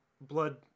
blood